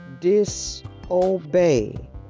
disobey